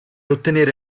ottenere